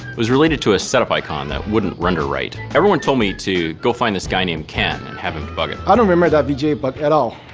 it was related to a setup icon that wouldn't render right. everyone told me to go find this guy named ken and have him debug it. i don't remember that vga bug at all.